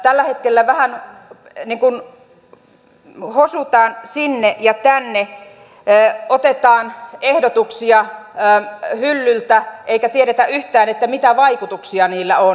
tällä hetkellä vähän hosutaan sinne ja tänne otetaan ehdotuksia hyllyltä eikä tiedetä yhtään mitä vaikutuksia niillä on